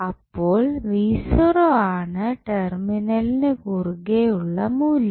അപ്പോൾ ആണ് ടെർമിനലിന് കുറുകെ ഉള്ള മൂല്യം